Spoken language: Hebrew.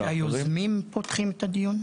לא מקובל שהיוזמים פותחים את הדיון?